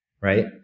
right